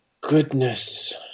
goodness